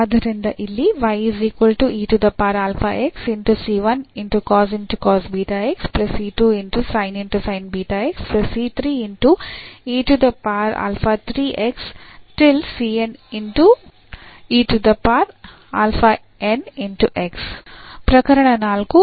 ಆದ್ದರಿಂದ ಇಲ್ಲಿ ಪ್ರಕರಣ IV